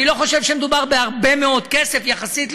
אני לא חושב שמדובר בהרבה מאוד כסף יחסית,